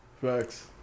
Facts